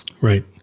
right